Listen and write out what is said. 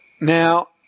now